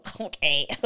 okay